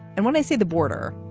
and when i say the border,